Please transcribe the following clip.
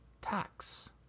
tax